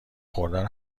خوردن